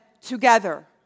together